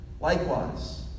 Likewise